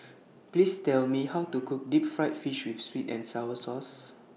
Please Tell Me How to Cook Deep Fried Fish with Sweet and Sour Sauce